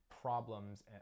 problems